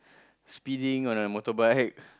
speeding on a motorbike